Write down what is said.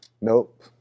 Nope